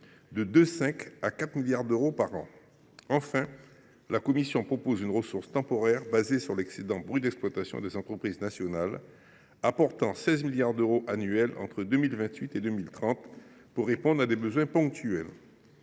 d’euros et 4 milliards d’euros par an. Enfin, la Commission propose une ressource temporaire fondée sur l’excédent brut d’exploitation des entreprises nationales, qui rapporterait annuellement 16 milliards d’euros entre 2028 et 2030 pour répondre à des besoins ponctuels.